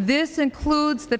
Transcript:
this includes the